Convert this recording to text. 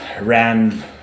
ran